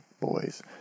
boys